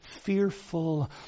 fearful